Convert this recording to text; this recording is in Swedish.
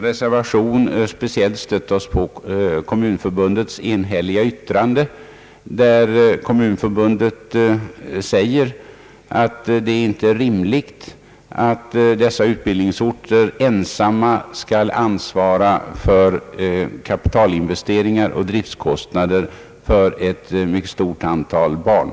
Reservanterna har speciellt stött sig på Kommunförbundets yttrande, i vilket framhålles att det inte är rimligt att utbildningsorterna ensamma skall klara kapitalinvesteringar och driftkostnader för ett mycket stort antal barn.